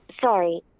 Sorry